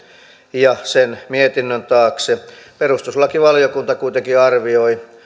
ja sen mietinnön taakse perustuslakivaliokunta kuitenkin arvioi